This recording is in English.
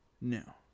No